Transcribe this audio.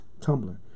Tumblr